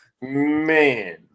Man